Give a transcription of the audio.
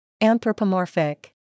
Anthropomorphic